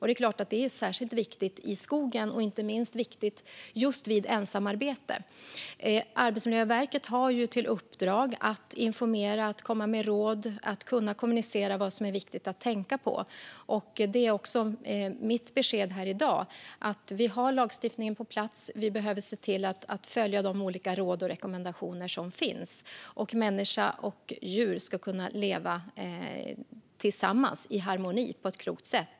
Detta är naturligtvis särskilt viktigt i skogen, inte minst vid ensamarbete. Arbetsmiljöverket har i uppdrag att informera, att komma med råd och att kunna kommunicera vad som är viktigt att tänka på. Mitt besked här i dag är att vi har lagstiftningen på plats. Vi behöver se till att följa de olika råd och rekommendationer som finns. Människa och djur ska kunna leva tillsammans i harmoni på ett klokt sätt.